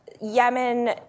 Yemen